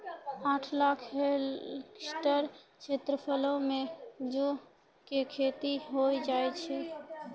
आठ लाख हेक्टेयर क्षेत्रफलो मे जौ के खेती होय छै